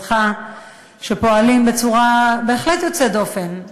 שפועלים בצורה בהחלט יוצאת דופן,